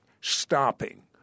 stopping